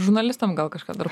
žurnalistam gal kažką dar